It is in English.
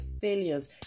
failures